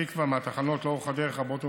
תקווה מהתחנות לאורך הדרך רבות ומגוונות.